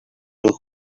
look